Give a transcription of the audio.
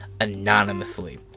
anonymously